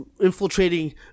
infiltrating